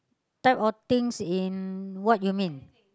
type of things in what you mean